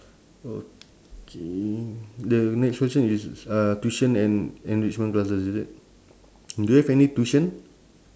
okay the next question is uh tuition and enrichment classes is it do you have any tuition